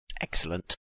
excellent